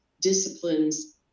disciplines